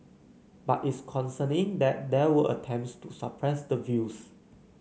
but it's concerning that there were attempts to suppress the views